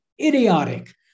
Idiotic